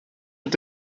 mit